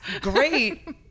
Great